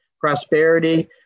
prosperity